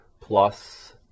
plus